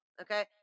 Okay